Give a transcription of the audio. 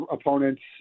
opponents